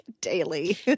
daily